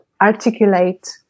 articulate